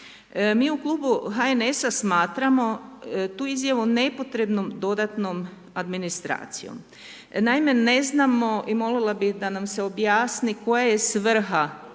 Mi u klubu HNS-a smatramo tu izjavu nepotrebnom dodatnom administracijom. Naime ne znamo i molila bih da nam se objasni koja je svrha